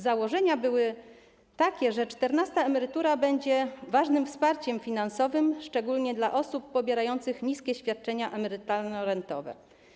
Założenia były takie, że czternasta emerytura będzie ważnym wsparciem finansowym, szczególnie dla osób pobierających niskie świadczenia emerytalno-rentowe.